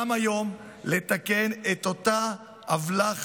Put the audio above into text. גם היום צריך לתקן את אותה עוולה,